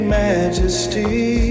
majesty